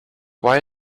why